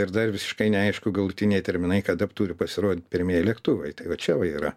ir dar visiškai neaišku galutiniai terminai kada turi pasirodyt pirmieji lėktuvai tai va čia va yra